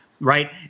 right